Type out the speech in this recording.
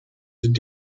sind